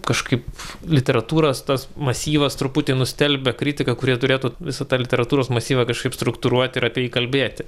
kažkaip literatūros tas masyvas truputį nustelbia kritiką kuri turėtų visą tą literatūros masyvą kažkaip struktūruoti ir apie jį kalbėti